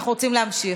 אנחנו רוצים להמשיך.